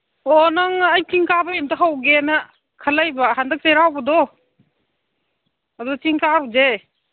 ꯑꯣ ꯅꯪ ꯑꯩ ꯆꯤꯡ ꯀꯥꯕꯩ ꯑꯝꯇ ꯍꯧꯒꯦꯅ ꯈꯜꯂꯛꯏꯕ ꯍꯟꯗꯛ ꯆꯩꯔꯥꯎꯕꯗꯣ ꯑꯗꯨ ꯆꯤꯡ ꯀꯥꯔꯨꯁꯦ